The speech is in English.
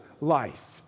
life